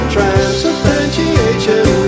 Transubstantiation